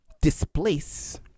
displace